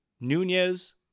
nunez